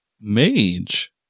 Mage